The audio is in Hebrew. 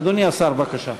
אדוני השר, בבקשה.